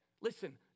Listen